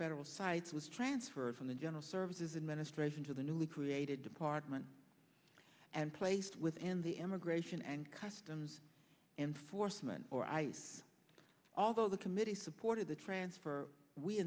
federal sites was transferred from the general services administration to the newly created department and placed within the immigration and customs enforcement or ice although the committee supported the transfer we